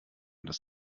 das